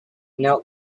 knelt